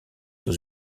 dans